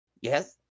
Yes